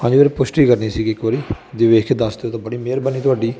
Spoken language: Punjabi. ਹਾਂਜੀ ਵੀਰ ਪੁਸ਼ਟੀ ਕਰਨੀ ਸੀਗੀ ਇਕ ਵਾਰੀ ਜੇ ਵੇਖ ਕੇ ਦੱਸ ਦਿਓ ਤਾਂ ਬੜੀ ਮਿਹਰਬਾਨੀ ਤੁਹਾਡੀ